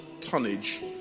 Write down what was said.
tonnage